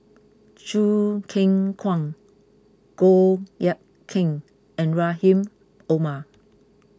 Choo Keng Kwang Goh Eck Kheng and Rahim Omar